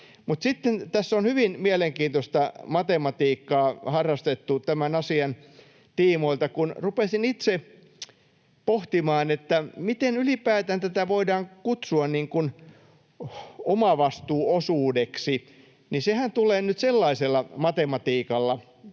tässä on hyvin mielenkiintoista matematiikkaa harrastettu tämän asian tiimoilta. Kun rupesin itse pohtimaan, miten ylipäätään tätä voidaan kutsua omavastuuosuudeksi, niin sehän tulee nyt sellaisella matematiikalla...